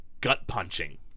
gut-punching